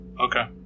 Okay